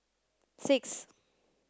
six